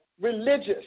religious